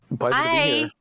Hi